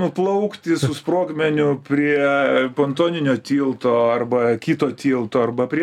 nuplaukti su sprogmeniu prie pontoninio tilto arba kito tilto arba prie